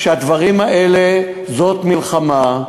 שהדברים האלה הם מלחמה,